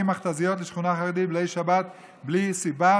מכת"זיות לשכונה חרדית בליל שבת בלי סיבה?